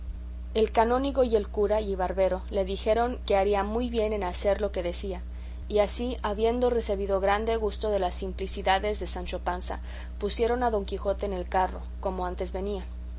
el canónigo y el cura y barbero le dijeron que haría muy bien en hacer lo que decía y así habiendo recebido grande gusto de las simplicidades de sancho panza pusieron a don quijote en el carro como antes venía